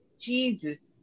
Jesus